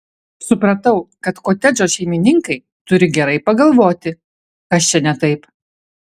supratau kad kotedžo šeimininkai turi gerai pagalvoti kas čia ne taip